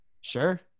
Sure